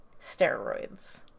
steroids